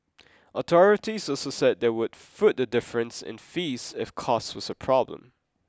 authorities also said they would foot the difference in fees if cost was a problem